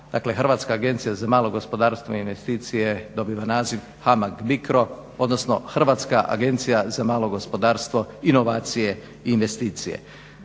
Hrvatska agencija za malo gospodarstvo i investicije dobiva naziv HAMAG BICRO, odnosno Hrvatska agencija za malo gospodarstvo, inovacije i investicije.